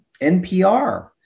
NPR